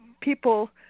people